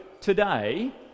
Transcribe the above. today